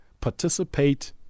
participate